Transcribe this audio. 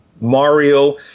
Mario